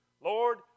Lord